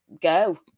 Go